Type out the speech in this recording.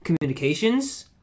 communications